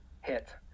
hit